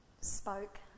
spoke